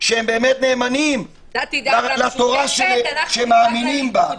שבאמת נאמנים לתורה שמאמינים בה.